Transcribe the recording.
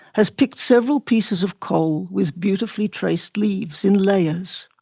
has picked several pieces of coal, with beautifully traced leaves in layers